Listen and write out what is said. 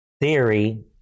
theory